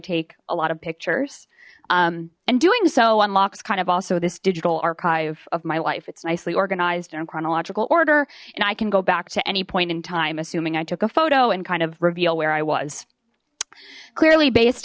take a lot of pictures and doing so unlocks kind of also this digital archive of my life it's nicely organized in a chronological order and i can go back to any point in time assuming i took a photo and kind of reveal where i was clearly based